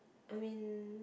I mean